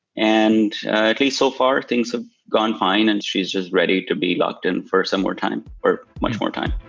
and at least so far, things have gone fine and she's just ready to be locked in for some more time or much more time.